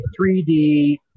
3D